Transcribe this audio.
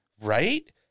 Right